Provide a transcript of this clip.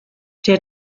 der